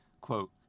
quote